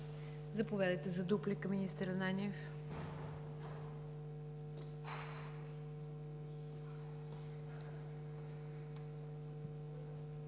Заповядайте за дуплика, министър Ананиев.